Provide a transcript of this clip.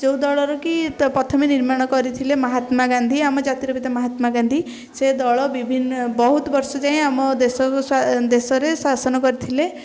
ଯେଉଁ ଦଳର କି ପ୍ରଥମେ ନିର୍ମାଣ କରିଥିଲେ ମହାତ୍ମା ଗାନ୍ଧୀ ଆମ ଜାତିର ପିତା ମହାତ୍ମା ଗାନ୍ଧୀ ସେ ଦଳ ବିଭିନ୍ନ ବହୁତ ବର୍ଷ ଯାଏଁ ଆମ ଦେଶକୁ ସ୍ଵା ଦେଶରେ ଶାସନ କରିଥିଲେ